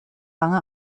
lange